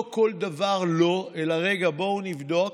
לא בכל דבר לא, אלא: רגע, בואו נבדוק.